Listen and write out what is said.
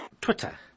Twitter